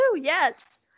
yes